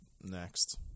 next